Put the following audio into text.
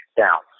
down